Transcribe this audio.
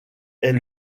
est